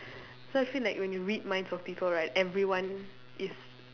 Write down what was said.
so I feel like when you read minds of people right everyone is